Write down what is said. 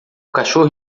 cachorro